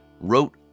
wrote